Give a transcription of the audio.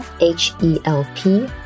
H-E-L-P